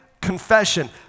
confession